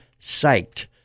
psyched